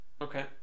Okay